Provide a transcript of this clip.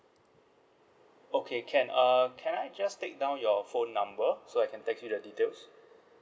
okay can uh can I just take down your phone number so I can text you the details